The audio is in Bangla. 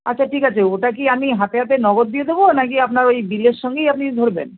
আচ্ছা ঠিক আছে ওটা কি আমি হাতে হাতে নগদ দিয়ে দেবো না কি আপনার ওই বিলের সঙ্গেই আপনি ধরবেন